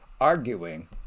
arguing